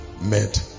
made